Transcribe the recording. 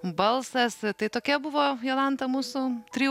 balsas tai tokia buvo jolanta mūsų trijų